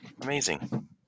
amazing